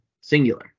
Singular